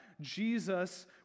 Jesus